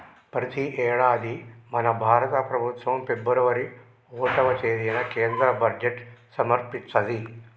ప్రతి యేడాది మన భారత ప్రభుత్వం ఫిబ్రవరి ఓటవ తేదిన కేంద్ర బడ్జెట్ సమర్పిత్తది